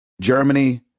Germany